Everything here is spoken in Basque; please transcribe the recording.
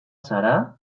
zara